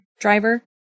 driver